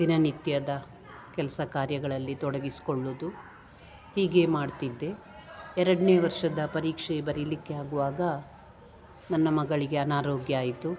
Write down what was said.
ದಿನನಿತ್ಯದ ಕೆಲಸ ಕಾರ್ಯಗಳಲ್ಲಿ ತೊಡಗಿಸ್ಕೊಳ್ಳುದು ಹೀಗೆ ಮಾಡ್ತಿದ್ದೆ ಎರಡನೇ ವರ್ಷದ ಪರೀಕ್ಷೆ ಬರಿಲಿಕ್ಕೆ ಆಗುವಾಗ ನನ್ನ ಮಗಳಿಗೆ ಅನಾರೋಗ್ಯ ಆಯಿತು